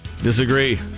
Disagree